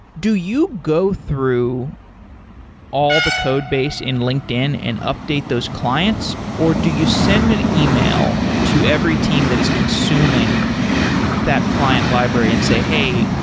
do you go through all the codebase in linkedin and update those clients or do you send an email to every team that is consuming that client library and say, hey,